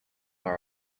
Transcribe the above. are